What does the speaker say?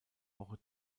woche